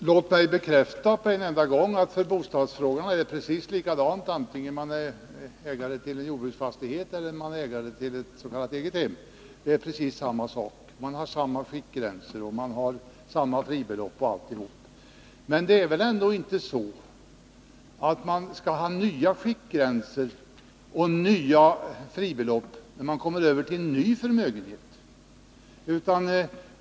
Herr talman! Låt mig genast bekräfta att det beträffande bostadsfrågorna är precis samma sak vare sig man är ägare till en jordbruksfastighet eller till ett s.k. egnahem. Man har samma skiktgränser och samma fribelopp. Men det är väl ändå inte så, att man skall ha nya skiktgränser och nya fribelopp, när man kommer över till en ny förmögenhet.